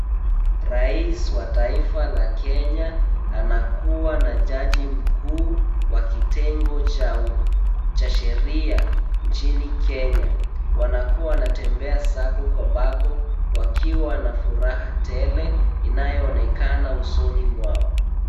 Rais wa taifa la Kenya, anakuwa na jaji mkuu wa kitengo cha sheria, inchini Kenya. Wanakuwa natembea sako kwa bako, wakiwa wanafuraha tele inayo onekana usoni mwao.